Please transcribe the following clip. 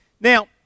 Now